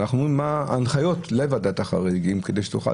אנחנו מדברים על ההנחיות לוועדת החריגים כדי שתוכל